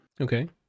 Okay